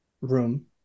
room